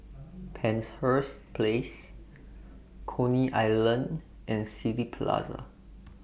Penshurst Place Coney Island and City Plaza